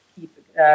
keep